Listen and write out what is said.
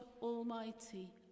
Almighty